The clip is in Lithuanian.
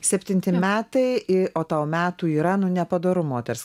septinti metai i o tau metų yra nu nepadoru moters